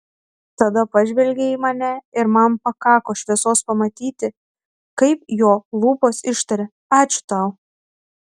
tada pažvelgė į mane ir man pakako šviesos pamatyti kaip jo lūpos ištaria ačiū tau